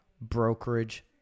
brokerage